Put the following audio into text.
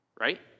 Right